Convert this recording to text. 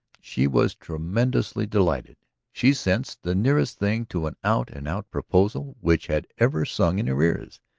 she was tremulously delighted. she sensed the nearest thing to an out-and-out proposal which had ever sung in her ears.